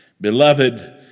beloved